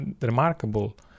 remarkable